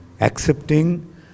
Accepting